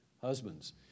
Husbands